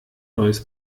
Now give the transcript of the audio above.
neues